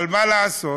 אבל מה לעשות,